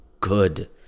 good